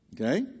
Okay